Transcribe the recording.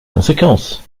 conséquences